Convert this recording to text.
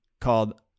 called